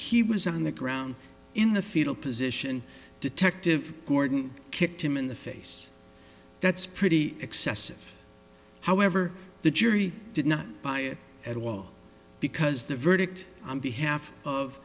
he was on the ground in the fetal position detective gordon kicked him in the face that's pretty excessive however the jury did not buy it at all because the verdict on behalf of